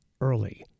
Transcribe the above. early